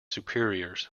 superiors